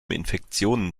infektionen